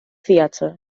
theatre